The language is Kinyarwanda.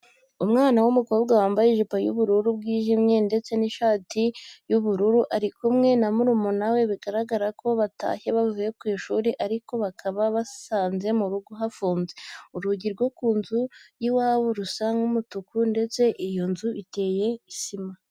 Umwana w'umukobwa wambaye ijipo y'ubururu bwijimye ndetse n'ishati y'ubururu ari kumwe na murumuna we bigaragara ko batashye bavuye ku ishuri ariko bakaba basanze mu rugo hafunze. Urugi rwo ku nzu y'iwabo rusa nk'umutuku ndetse iyo nzu iteye sima.